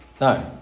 no